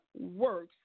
works